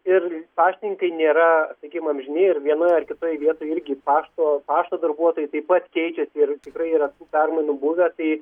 ir paštininkai nėra sakykim amžini ir vienoj ar kitoje vietoj irgi pašto paštas darbuotojai taip pat keičiasi ir tikrai yra permainų buvę tai